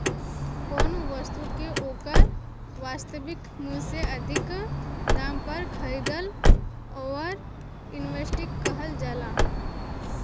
कौनो बस्तु के ओकर वास्तविक मूल से अधिक दाम पर खरीदला ओवर इन्वेस्टिंग कहल जाला